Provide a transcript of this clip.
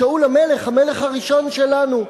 שאול המלך, המלך הראשון שלנו.